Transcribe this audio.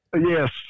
Yes